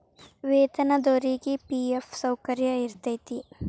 ವೇತನದೊರಿಗಿ ಫಿ.ಎಫ್ ಸೌಕರ್ಯ ಇರತೈತಿ